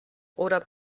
oder